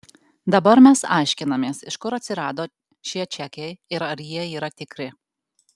dabar mes aiškinamės iš kur atsirado šie čekiai ir ar jie yra tikri